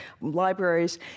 libraries